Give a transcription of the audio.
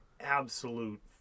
absolute